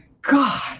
God